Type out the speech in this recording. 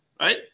right